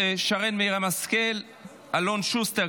שרן מרים השכל ואלון שוסטר,